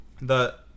The